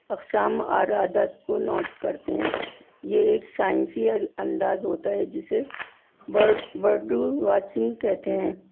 اقسام اور عادات کو نوٹ کرتے ہیں یہ ایک سائنسی انداز ہوتا ہے جسے برڈ برڈ واچنگ کہتے ہیں